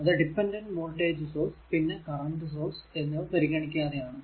അത് dependent voltage source പിന്നെ current source എന്നിവ പരിഗണിക്കാതെ ആണ്